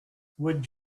would